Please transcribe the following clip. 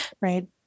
right